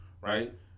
right